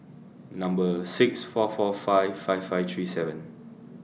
Number six four four five five five three seven